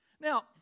Now